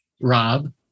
Rob